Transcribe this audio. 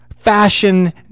Fashion